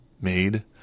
made